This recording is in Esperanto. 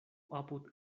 apud